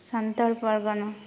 Santal Pargana